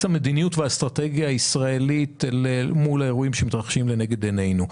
המדיניות והאסטרטגיה הישראלית למול האירועים שמתרחשים לנגד עינינו.